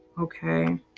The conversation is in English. okay